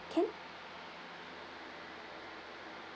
can